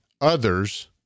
others